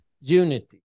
unity